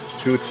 two